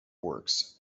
works